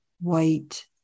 white